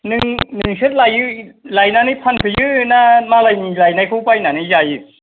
नोंसोर लायनानै फानफैयो ना मालायनि लायनायखौ बायनानै जायो